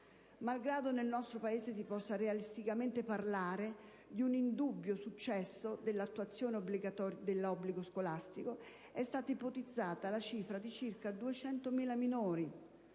Malgrado nel nostro Paese si possa realisticamente parlare di un indubbio successo dell'attuazione dell'obbligo scolastico, è stata ipotizzata la cifra di circa 200.000 minori,